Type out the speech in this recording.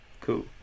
Cool